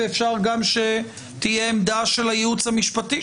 ואפשר גם שתהיה עמדה של הייעוץ המשפטי,